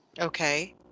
Okay